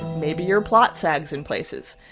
maybe your plot sags in places.